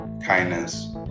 kindness